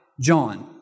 John